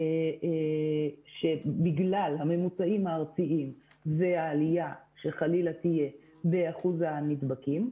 שבגלל הממוצעים הארציים והעליה שחלילה תהיה באחוז הנדבקים,